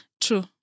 True